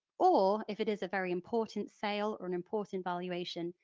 or if it is a very important sale or an important valuation,